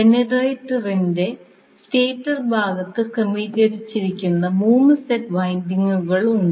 ജനറേറ്ററിന്റെ സ്റ്റേറ്റർ ഭാഗത്ത് ക്രമീകരിച്ചിരിക്കുന്ന 3 സെറ്റ് വൈൻഡിംഗുകൾ ഉണ്ട്